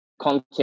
content